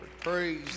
Praise